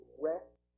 rest